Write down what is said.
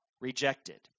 rejected